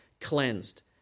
cleansed